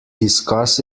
discuss